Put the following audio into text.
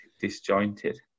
disjointed